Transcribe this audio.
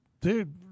dude